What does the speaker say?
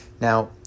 Now